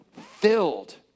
filled